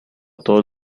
todos